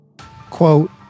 quote